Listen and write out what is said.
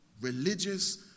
Religious